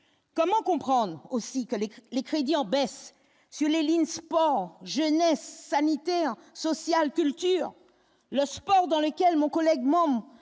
comment comprendre aussi que les les crédits en baisse sur les lignes Sport, jeunesse sanitaire sociales tue le sport dans lequel mon collègue membres